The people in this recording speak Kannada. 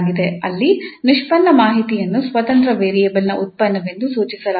ಅಲ್ಲಿ ನಿಷ್ಪನ್ನ ಮಾಹಿತಿಯನ್ನು ಸ್ವತಂತ್ರ ವೇರಿಯೇಬಲ್ನ ಉತ್ಪನ್ನವೆಂದು ಸೂಚಿಸಲಾಗುತ್ತದೆ